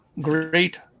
great